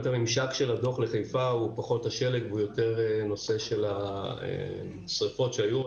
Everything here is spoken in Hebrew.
ממשק הדוח של חיפה הוא פחות השלג ויותר הנושא של השרפות שהיו,